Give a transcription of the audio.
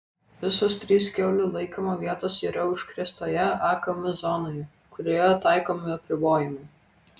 visos trys kiaulių laikymo vietos yra užkrėstoje akm zonoje kurioje taikomi apribojimai